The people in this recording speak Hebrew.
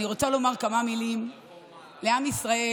אני רוצה לומר כמה מילים לעם ישראל